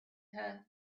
her